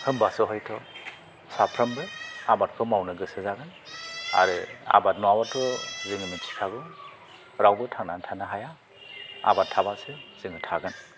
होमबासो हयथ' साफ्रोमबो आबादखौ मावनो गोसो जागोन आरो आबाद नङाब्लाथ' जोङो मिन्थिखागौ रावबो थांनानै थानो हाया आबाद थाबासो जों थागोन